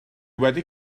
wedi